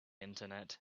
internet